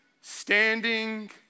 standing